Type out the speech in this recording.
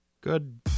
Good